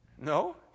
No